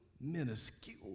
minuscule